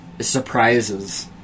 surprises